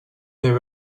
there